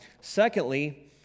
secondly